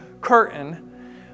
curtain